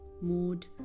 mood